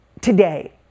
today